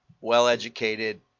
well-educated